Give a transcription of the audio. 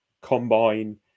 Combine